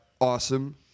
Awesome